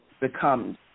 becomes